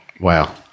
wow